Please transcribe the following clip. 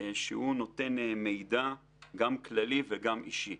נותן מידע גם כללי וגם אישי.